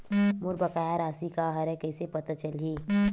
मोर बकाया राशि का हरय कइसे पता चलहि?